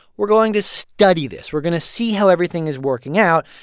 we're going to study this. we're going to see how everything is working out.